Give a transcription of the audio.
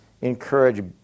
encourage